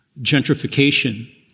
gentrification